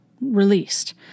released